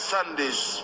Sunday's